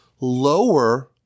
lower